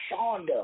Shonda